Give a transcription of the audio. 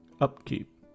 upkeep